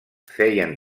feien